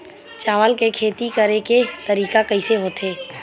चावल के खेती करेके तरीका कइसे होथे?